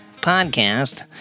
Podcast